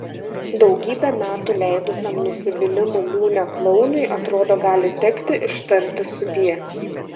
daugybę metų leidusiam nusivylimų liūne klounui atrodo gali tekti ištarti sudie